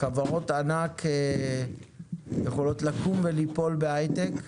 חברות הענק יכולות לקום וליפול בהיי-טק,